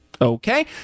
Okay